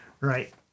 Right